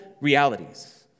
realities